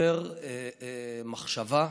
יותר מחשבה,